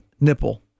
nipple